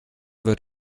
wird